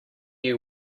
you